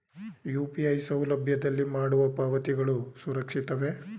UPI ಸೌಲಭ್ಯದಲ್ಲಿ ಮಾಡುವ ಪಾವತಿಗಳು ಸುರಕ್ಷಿತವೇ?